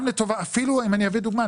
אם אני אביא דוגמה,